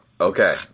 okay